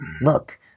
Look